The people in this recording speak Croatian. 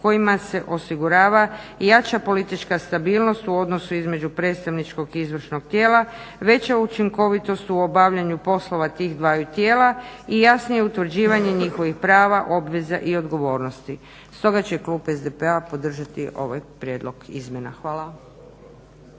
kojima se osigurava i jača politička stabilnost u odnosu između predstavničkog i izvršnog tijela, veća učinkovitost u obavljanju poslova tih dvaju tijela i jasnije utvrđivanje njihovih prava, obveza i odgovornosti. Stoga će klub SDP-a podržati ovaj prijedlog izmjena. Hvala.